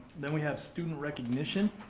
then we have student recognition